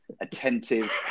attentive